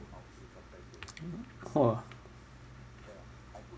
!wah!